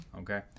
Okay